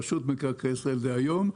רשות מקרקעי ישראל דהיום,